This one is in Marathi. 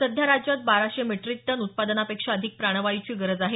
सध्या राज्यात बाराशे मेट्रिक टन उत्पादनापेक्षा अधिक प्राणवायूची गरज आहे